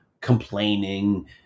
complaining